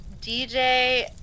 DJ